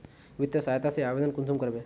वित्तीय सहायता के आवेदन कुंसम करबे?